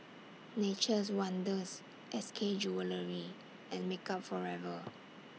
Nature's Wonders S K Jewellery and Makeup Forever